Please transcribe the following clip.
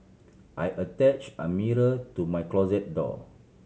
I attach a mirror to my closet door